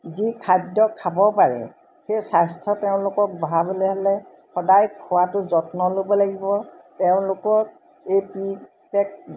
যি খাদ্য খাব পাৰে সেই স্বাস্থ্য তেওঁলোকক বঢ়াবলৈ হ'লে সদায় খোৱাটো যত্ন ল'ব লাগিব তেওঁলোকক এই প্ৰি পেক